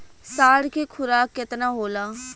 साढ़ के खुराक केतना होला?